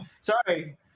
Sorry